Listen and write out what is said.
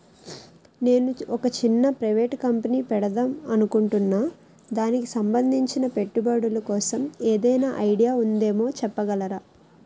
నేను ఒక చిన్న ప్రైవేట్ కంపెనీ పెడదాం అనుకుంటున్నా దానికి సంబందించిన పెట్టుబడులు కోసం ఏదైనా ఐడియా ఉందేమో చెప్పగలరా?